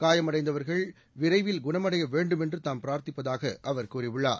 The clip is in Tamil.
காயமடைந்தவர்கள் விரைவில் குணமடைய வேண்டும் என்று தாம் பிரார்த்திப்பதாக அவர் கூறியுள்ளார்